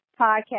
podcast